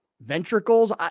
ventricles